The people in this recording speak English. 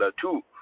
two